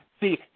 See